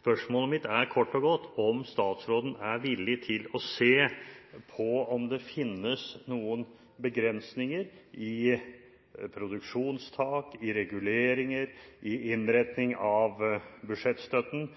Spørsmålet mitt er kort og godt om statsråden er villig til å se på om det finnes noen begrensninger i produksjonstak, i reguleringer, i innretning av budsjettstøtten